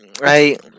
Right